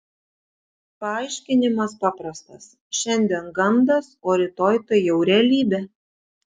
paaiškinimas paprastas šiandien gandas o rytoj tai jau realybė